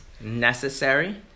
necessary